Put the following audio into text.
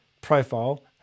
profile